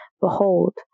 Behold